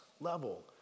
level